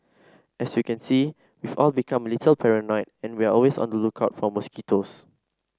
as you can see we've all become a little paranoid and we're always on the lookout for mosquitoes